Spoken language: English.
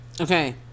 okay